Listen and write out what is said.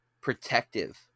protective